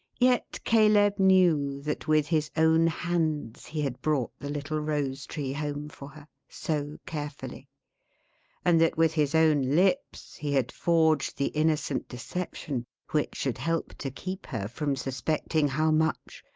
yet caleb knew that with his own hands he had brought the little rose tree home for her, so carefully and that with his own lips he had forged the innocent deception which should help to keep her from suspecting how much,